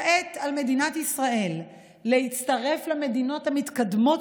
כעת על מדינת ישראל להצטרף למדינות המתקדמות